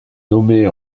nommée